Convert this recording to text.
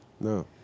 No